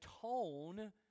tone